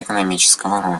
экономического